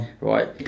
right